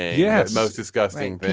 yeah most disgusting.